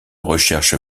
recherche